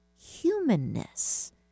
humanness